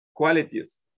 qualities